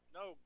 no